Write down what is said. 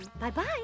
Bye-bye